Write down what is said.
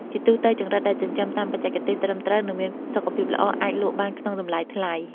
ជាទូទៅ ចង្រិតដែលចិញ្ចឹមតាមបច្ចេកទេសត្រឹមត្រូវ និងមានសុខភាពល្អ អាចលក់បានក្នុងតម្លៃថ្លៃ។